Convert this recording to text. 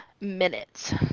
minutes